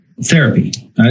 therapy